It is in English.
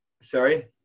Sorry